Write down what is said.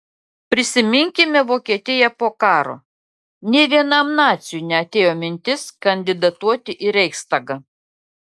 prisiminkime vokietiją po karo nė vienam naciui neatėjo mintis kandidatuoti į reichstagą